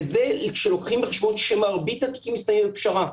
וזה כשלוקחים בחשבון שמרבית התיקים מסתיימים בפשרה,